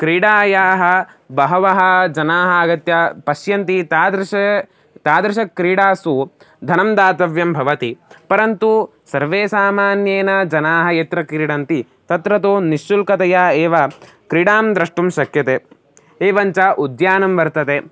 क्रीडायाः बहवः जनाः आगत्य पश्यन्ति तादृश तादृशक्रीडासु धनं दातव्यं भवति परन्तु सर्वे सामान्येन जनाः यत्र क्रीडन्ति तत्र तु निशुल्कतया एव क्रीडा द्रष्टुं शक्यते एवञ्च उद्यानं वर्तते